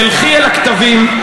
תלכי אל הכתבים,